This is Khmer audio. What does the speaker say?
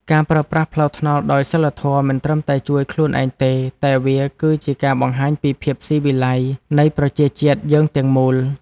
ការប្រើប្រាស់ផ្លូវថ្នល់ដោយសីលធម៌មិនត្រឹមតែជួយខ្លួនឯងទេតែវាគឺជាការបង្ហាញពីភាពស៊ីវិល័យនៃប្រជាជាតិយើងទាំងមូល។